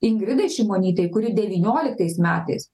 ingrida šimonytei kuri devynioliktais metais